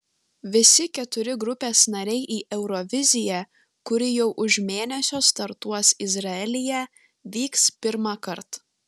visi keturi grupės nariai į euroviziją kuri jau už mėnesio startuos izraelyje vyks pirmąkart